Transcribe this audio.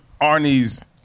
Arnie's